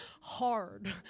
hard